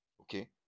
okay